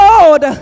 Lord